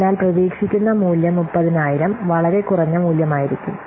അതിനാൽ പ്രതീക്ഷിക്കുന്ന മൂല്യം 30000 വളരെ കുറഞ്ഞ മൂല്യമായിരിക്കും